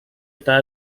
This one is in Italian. età